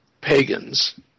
pagans